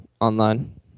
online